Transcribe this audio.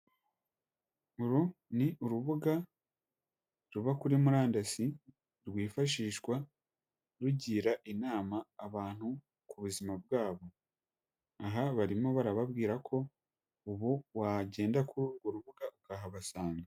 Uru ni urubuga ruba kuri murandasi rwifashishwa rugira inama abantu ku buzima bwabo, aha barimo barababwira ko ubu wagenda kuri urwo rubuga ukahabasanga.